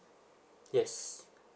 yes